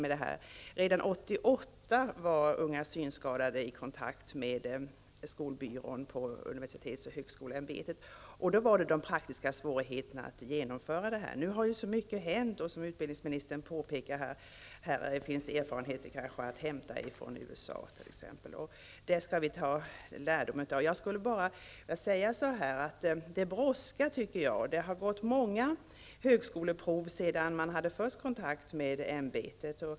Redan år 1988 var unga synskadade i kontakt med skolbyrån på universitets och högskoleämbetet. Då fanns det praktiska svårigheter att genomföra det här. Nu har så mycket hänt, och som utbildningsministern påpekade finns erfarenheter att hämta från t.ex. USA. Det skall vi ta lärdom av. Jag tycker att det brådskar. Många högskoleprov har anordnats sedan de handikappade hade kontakt med högskoleämbetet.